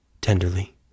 tenderly